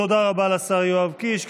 תודה רבה לשר יואב קיש.